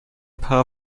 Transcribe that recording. paar